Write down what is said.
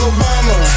Obama